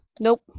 Nope